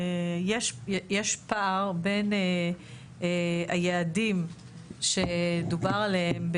יש פער בין היעדים שדובר עליהם,